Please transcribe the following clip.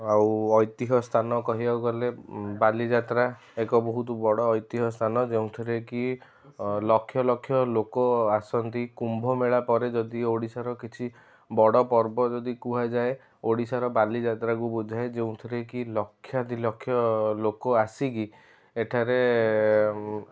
ଆଉ ଐତିହ ସ୍ଥାନ କହିବାକୁ ଗଲେ ବାଲିଯାତ୍ରା ଏକ ବହୁତ ବଡ଼ ଐତିହ ସ୍ଥାନ ଯେଉଁଥିରେ କି ଲକ୍ଷ ଲକ୍ଷ ଲୋକ ଆସନ୍ତି କୁମ୍ଭମେଳା ପରେ ଯଦି ଓଡ଼ିଶାର କିଛି ବଡ଼ ପର୍ବ ଯଦି କୁହାଯାଏ ଓଡ଼ିଶାର ବାଲିଯାତ୍ରାକୁ ବୁଝାଏ ଯେଉଁଥିରେ କି ଳକ୍ଷାଧିଲକ୍ଷ ଲୋକ ଆସିକି ଏଠାରେ